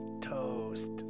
toast